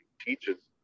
teaches